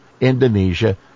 Indonesia